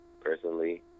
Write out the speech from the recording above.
personally